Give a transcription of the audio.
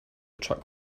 truck